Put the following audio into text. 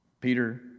Peter